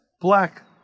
black